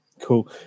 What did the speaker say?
cool